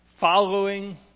following